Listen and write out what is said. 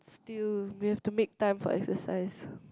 still we have to make time for exercise